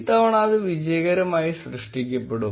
ഇത്തവണ അത് വിജയകരമായി സൃഷ്ടിക്കപ്പെടും